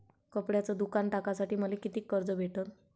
कपड्याचं दुकान टाकासाठी मले कितीक कर्ज भेटन?